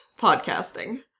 Podcasting